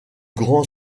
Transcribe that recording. grand